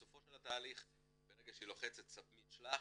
בסופו של התהליך ברגע שהיא לוחצת "submit" "שלח",